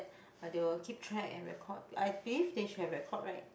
but they will keep track and record I believe they should have record right